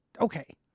okay